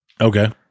Okay